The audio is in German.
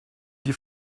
die